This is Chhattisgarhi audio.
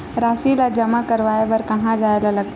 राशि ला जमा करवाय बर कहां जाए ला लगथे